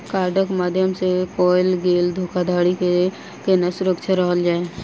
कार्डक माध्यम सँ कैल गेल धोखाधड़ी सँ केना सुरक्षित रहल जाए?